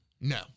No